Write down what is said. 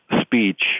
speech